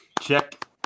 Check